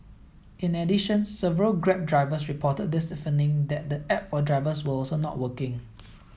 in addition several Grab drivers reported this evening that the app for drivers was also not working